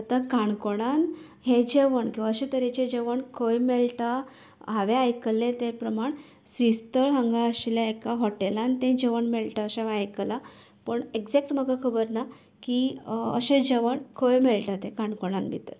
आता काणकोणान हे जेवण किंवां अशें तरेचे जेवण खंय मेळटा हांवे आयकल्ले ते प्रमाण श्रीस्थळ हांगा आशिल्ल्या एका हॉटेलांत तें जेवण मेळटा अशें आयकला पूण एग्जेक्ट म्हाका खबर ना की अशें जेवण खंय मेळटा तें काणकोणांत भितर